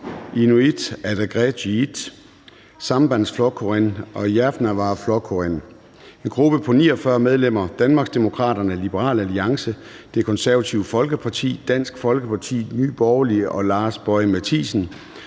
Inuit Ataqatigiit (IA), Sambandsflokkurin (SP) og Javnaðarflokkurin (JF); en gruppe på 49 medlemmer: Danmarksdemokraterne, Liberal Alliance, Det Konservative Folkeparti, Dansk Folkeparti, Nye Borgerlige og Lars Boje Mathiesen